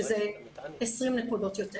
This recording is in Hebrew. שזה 20 נקודות יותר.